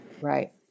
Right